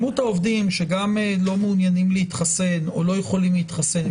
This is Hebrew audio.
מספר העובדים שלא מעוניינים להתחסן או לא יכולים להתחסן,